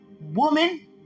Woman